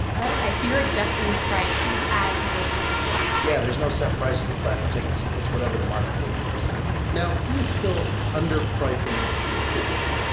ok. so you're adjusting the price as you go through the tour yeah, there's no set price on the platinum tickets. it's whatever the market dictates now, he is still underpricing the tickets.